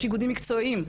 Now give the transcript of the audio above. יש איגודים מקצועיים.